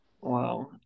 Wow